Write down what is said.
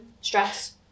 stress